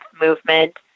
movement